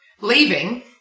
leaving